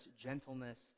gentleness